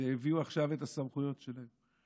והביאו עכשיו את הסמכויות שלהן.